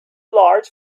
large